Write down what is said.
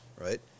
right